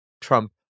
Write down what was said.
Trump